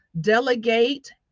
Delegate